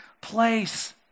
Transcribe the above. place